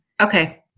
Okay